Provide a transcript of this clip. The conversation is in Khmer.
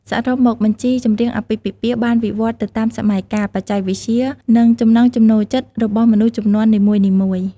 សរុបមក បញ្ជីចម្រៀងអាពាហ៍ពិពាហ៍បានវិវត្តន៍ទៅតាមសម័យកាល បច្ចេកវិទ្យា និងចំណង់ចំណូលចិត្តរបស់មនុស្សជំនាន់នីមួយៗ។